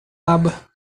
aba